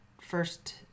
first